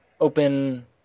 open